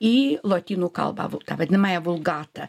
į lotynų kalbą tą vadinamąją vulgatą